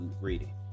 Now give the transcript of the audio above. reading